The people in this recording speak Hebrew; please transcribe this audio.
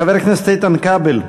חבר הכנסת איתן כבל,